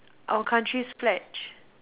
our country's pledge